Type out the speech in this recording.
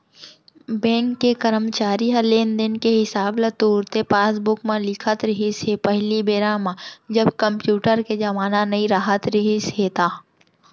bank के करमचारी ह लेन देन के हिसाब ल तुरते पासबूक म लिखत रिहिस हे पहिली बेरा म जब कम्प्यूटर के जमाना नइ राहत रिहिस हे ता